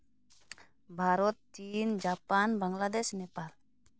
Bharat China Japan Bangladesh Nepal